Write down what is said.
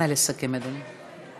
נא לסכם, אדוני.